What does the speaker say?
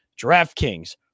DraftKings